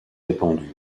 répandue